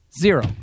Zero